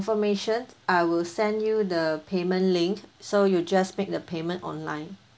confirmation I will send you the payment link so you just make the payment online